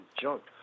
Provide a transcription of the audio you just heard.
junk